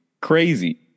Crazy